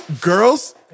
Girls